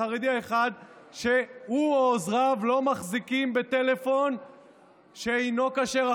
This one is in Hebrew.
החרדי האחד שהוא או עוזריו לא מחזיקים בטלפון שאינו כשר,